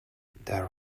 there